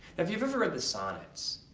if you've ever read the sonnets,